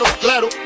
claro